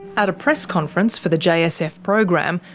at a press conference for the jsf program,